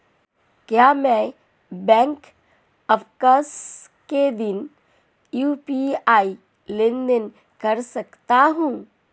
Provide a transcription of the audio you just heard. क्या मैं बैंक अवकाश के दिन यू.पी.आई लेनदेन कर सकता हूँ?